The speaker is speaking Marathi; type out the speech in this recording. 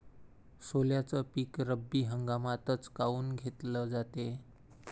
सोल्याचं पीक रब्बी हंगामातच काऊन घेतलं जाते?